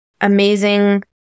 amazing